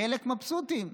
חלק מבסוטים.